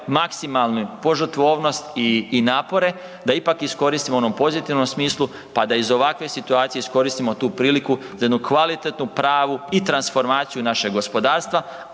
maksimalnu požrtvovnost i napore da ipak iskoristimo u onom pozitivnom smislu pa da iz ovakve situacije iskoristimo tu priliku za jednu kvalitetnu, pravi i transformaciju našeg gospodarstva,